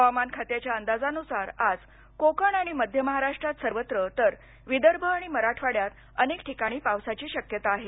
हवामान खात्याच्या अंदाजानुसार आज कोकण आणि मध्य महाराष्ट्रात सर्वत्र तर विदर्भ आणि मराठवाड्यात अनेक ठिकाणी पावसाची शक्यता आहे